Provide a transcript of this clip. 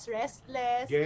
restless